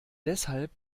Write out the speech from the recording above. deshalb